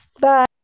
Bye